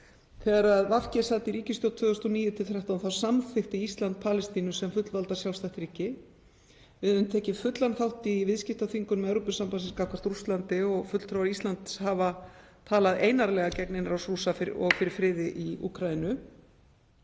Þegar VG sat í ríkisstjórn 2009–2013 samþykkti Ísland Palestínu sem fullvalda sjálfstætt ríki. Við höfum tekið fullan þátt í viðskiptaþvingunum Evrópusambandsins gagnvart Rússlandi og fulltrúar Íslands hafa talað einarðlega gegn innrás Rússa og fyrir friði í Úkraínu.